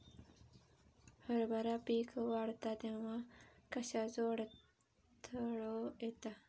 हरभरा पीक वाढता तेव्हा कश्याचो अडथलो येता?